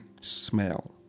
smell